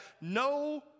no